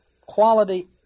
quality